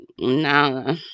no